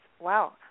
wow